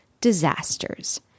disasters